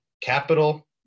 capital